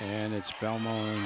and it's belmont